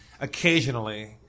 occasionally